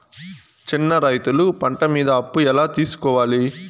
చిన్న రైతులు పంట మీద అప్పు ఎలా తీసుకోవాలి?